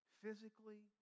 physically